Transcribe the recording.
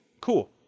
cool